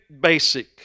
basic